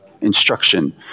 instruction